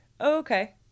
okay